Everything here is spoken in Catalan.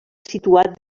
situat